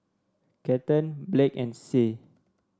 Cathern Blake and Sie